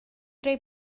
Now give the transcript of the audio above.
roi